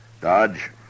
Dodge